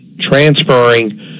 transferring